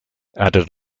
added